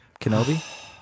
Kenobi